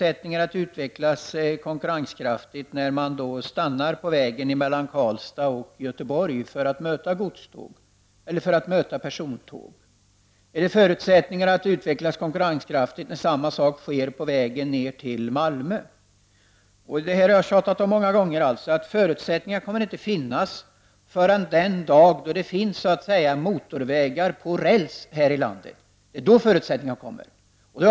Är det konkurrenskraftigt när man gör uppehåll mellan Karlstad och Göteborg för att möta persontåg? Är det förutsättningar att utvecklas konkurrenskraftigt när samma sak sker på vägen ner till Malmö? Jag har många gånger framhållit att det inte kommer att finnas några förutsättningar förrän den dag då man kan tala om att det finns motorvägar på räls i det här landet.